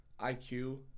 iq